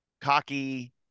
cocky